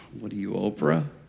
what are you, oprah?